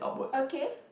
okay